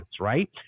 right